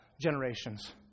generations